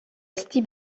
ezti